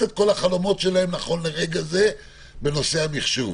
את כל החלומות שלהם נכון לרגע זה בנושא המחשוב.